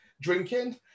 drinking